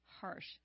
harsh